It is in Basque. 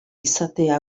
izatea